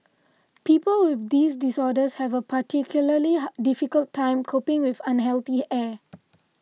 people with these disorders have a particularly difficult time coping with unhealthy air